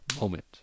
moment